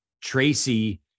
Tracy